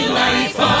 life